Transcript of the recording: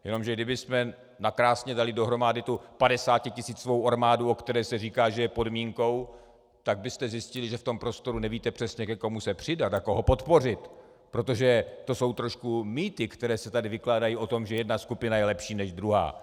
Jenomže kdybychom nakrásně dali dohromady tu padesátitisícovou armádu, o které se říká, že je podmínkou, tak byste zjistili, že v tom prostoru nevíte přesně, ke komu se přidat a koho podpořit, protože to jsou trošku mýty, které se tady vykládají o tom, že jedna skupina je lepší než druhá.